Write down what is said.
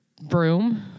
Broom